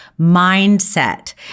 mindset